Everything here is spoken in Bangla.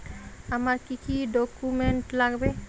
আমার কি কি ডকুমেন্ট লাগবে?